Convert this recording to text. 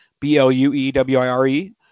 B-L-U-E-W-I-R-E